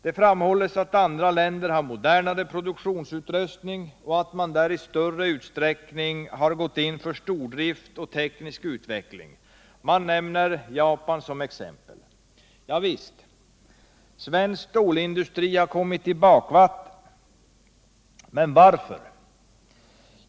Det framhålls att andra länder har modernare produktionsutrustning och att man där i större utsträckning har gått in för stordrift och teknisk utveckling. Man nämner Japan som exempel. Ja visst, svensk stålindustri har kommit i bak vatten. Men varför?